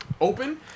open